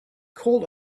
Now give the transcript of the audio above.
called